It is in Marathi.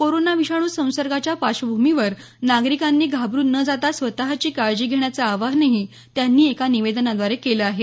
कोरोना विषाणू संसर्गाच्या पार्श्वभूमीवर नागरिकांनी घाबरुन न जाता स्वतची काळजी घेण्याचं आवाहनही त्यांनी एका निवेदनाद्वारे केलं आहे